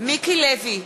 מיקי לוי,